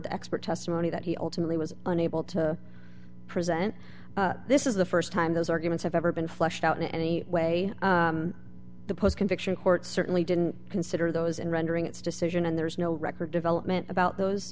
the expert testimony that he ultimately was unable to present this is the st time those arguments have ever been fleshed out in any way the post conviction court certainly didn't consider those in rendering its decision and there's no record development about those